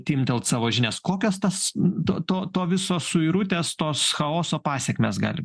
timptelt savo žinias kokias tas to to to viso suirutės tos chaoso pasekmės gali